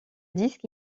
disque